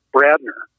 Bradner